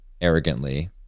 arrogantly